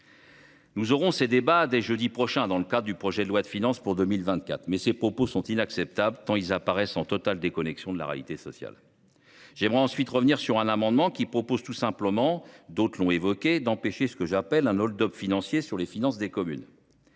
Nous aurons ces débats dès jeudi prochain dans le cadre de l’examen du projet de loi de finances pour 2024, mais ces propos sont inacceptables, tant ils paraissent en totale déconnexion avec la réalité sociale. Je souhaite maintenant revenir sur un amendement qui tend tout simplement à empêcher ce que j’appelle un hold up financier sur les finances des communes,